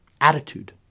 attitude